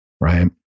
right